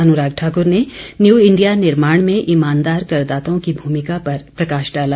अनुराग Thakur new India इंडिया निर्माण में ईमानदार करदाताओं की भूमिका पर प्रकाश डाला